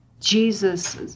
Jesus